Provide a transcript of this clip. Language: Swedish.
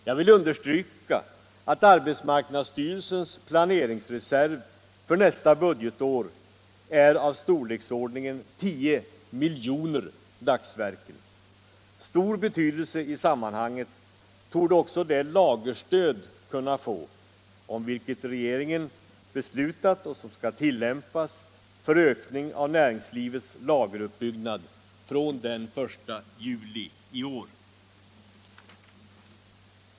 Jag vill understryka att arbetsmarknadsstyrelsens planeringsreserv för nästa budgetår är av storleksordningen 10 miljoner dagsverken. Stor betydelse i sammanhanget torde också det lagerstöd kunna få som regeringen har beslutat om och som skall tillämpas för ökning av näringslivets lageruppbyggnad från den 1 juli i år.